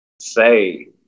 say